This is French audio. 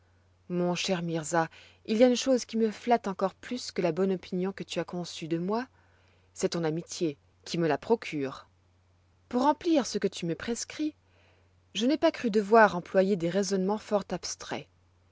mon cher mirza il y a une chose qui me flatte encore plus que la bonne opinion que tu as conçue de moi c'est ton amitié qui me la procure pour remplir ce que tu me prescris je n'ai pas cru devoir employer des raisonnements fort abstraits